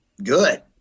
good